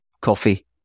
coffee